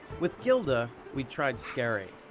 with gilda, we'd tried scary.